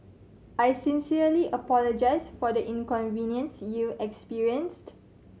I sincerely apologise for the inconvenience you experienced